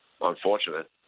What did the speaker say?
Unfortunate